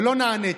ולא נעניתי.